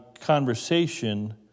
conversation